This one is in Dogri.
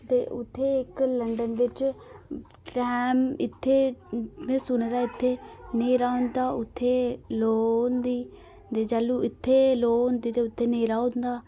ते उत्थै इक लंडन बिच टैम इत्थै में सुने दा इत्थै न्हेरा होंदा उत्थै लो होंदी दे जदूं इत्थै लो होंदी ते उत्थै न्हेरा होंदा